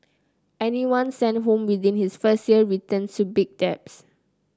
anyone sent home within his first year returns to big debts